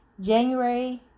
january